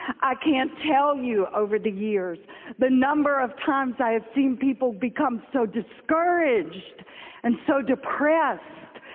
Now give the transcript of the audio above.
i can't tell you over the years the number of times i've seen people become so discouraged and so depressed,